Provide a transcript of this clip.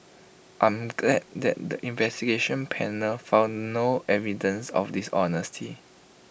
I'm glad that the investigation panel found no evidence of dishonesty